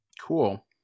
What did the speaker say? Cool